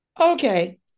Okay